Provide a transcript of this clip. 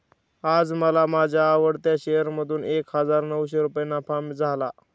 आज मला माझ्या आवडत्या शेअर मधून एक हजार नऊशे रुपये नफा झाला